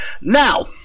Now